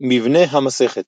מבנה המסכת